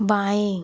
बाएँ